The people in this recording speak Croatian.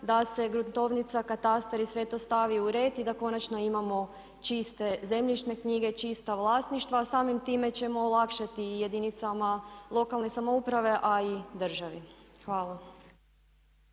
da se gruntovnica, katastar i sve to stavi u red i da konačno imamo čiste zemljišne knjige, čista vlasništva a samim time ćemo olakšati i jedinicama lokalne samouprave a i državi. Hvala.